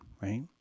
right